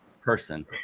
person